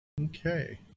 Okay